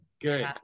Good